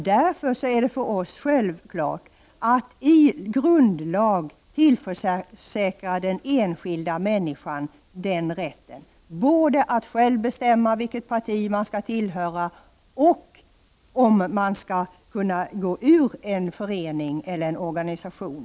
Därför är det för oss självklart att i grundlag tillförsäkra den enskilda människan både rätten att själv bestämma vilket parti man skall tillhöra och rätten att gå ur en förening eller en organisation.